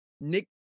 Nick